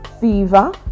fever